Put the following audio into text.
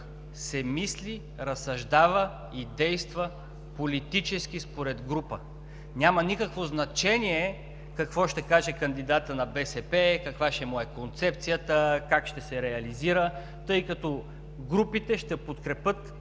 се мисли, разсъждава и действа политически според група. Няма никакво значение какво ще каже кандидатът на БСП, каква ще е неговата концепция, как ще се реализира, тъй като групите ще подкрепят